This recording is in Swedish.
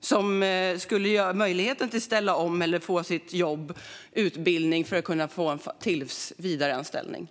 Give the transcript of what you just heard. Det handlar om människor som skulle ha fått möjlighet att ställa om eller få sin jobbutbildning för att få en tillsvidareanställning.